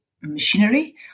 machinery